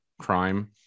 crime